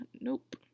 Nope